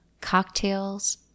cocktails